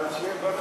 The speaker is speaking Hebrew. אבל שיהיה בריא,